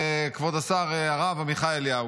כבוד השר הרב עמיחי אליהו: